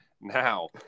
Now